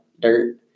dirt